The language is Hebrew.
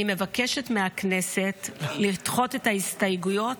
אני מבקשת מהכנסת לדחות את ההסתייגויות,